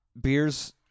beers